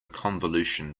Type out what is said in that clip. convolution